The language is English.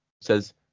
Says